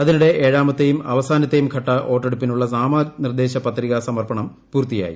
അതിനിടെ ഏഴാമത്തെയും അവസാനത്തെയും ഘട്ട വോട്ടെടുപ്പിനുള്ള നാമനിർദ്ദേശപത്രിക സമർപ്പണം പൂർത്തിയായി